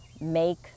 make